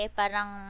parang